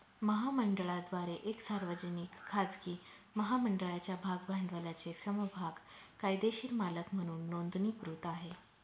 महामंडळाद्वारे एक सार्वजनिक, खाजगी महामंडळाच्या भाग भांडवलाचे समभाग कायदेशीर मालक म्हणून नोंदणीकृत आहे